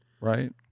Right